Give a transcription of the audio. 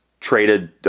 traded